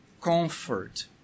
comfort